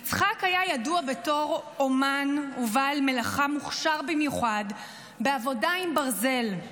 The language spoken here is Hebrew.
יצחק היה ידוע בתור אומן ובעל מלאכה מוכשר במיוחד בעבודה עם ברזל.